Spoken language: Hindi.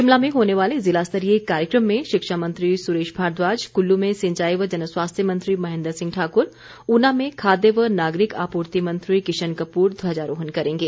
शिमला में होने वाले जिला स्तरीय कार्यक्रम में शिक्षा मंत्री सुरेश भारद्वाज कुल्लू में सिंचाई व जनस्वास्थ्य मंत्री महेंद्र सिंह ठाकुर ऊना में खाद्य व नागरिक आपूर्ति मंत्री किशन कपूर ध्वजारोहण करेंगें